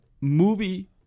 movie